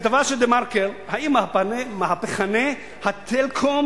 כתבה ב"דה-מרקר": האם מהפכני הטלקום